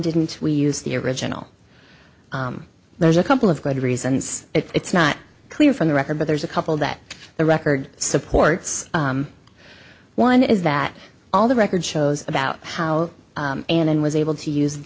didn't we use the original there's a couple of good reasons it's not clear from the record but there's a couple that the record supports one is that all the record shows about how annan was able to use